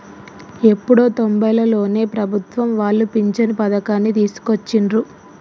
ఎప్పుడో తొంబైలలోనే ప్రభుత్వం వాళ్ళు పించను పథకాన్ని తీసుకొచ్చిండ్రు